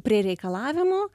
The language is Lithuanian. prie reikalavimų